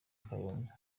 kayonza